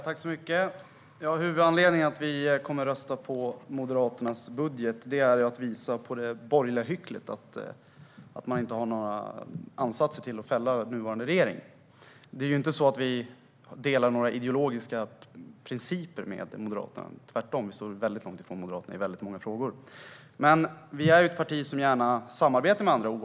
Fru talman! Huvudanledningen till att vi kommer att rösta på Moderaternas budget är att vi vill visa på det borgerliga hyckleriet - att man inte har någon avsikt att fälla den nuvarande regeringen. Det är inte så att vi delar några ideologiska principer med Moderaterna. Tvärtom står vi väldigt långt ifrån dem i många frågor. Detta oaktat är vi ett parti som gärna samarbetar med andra.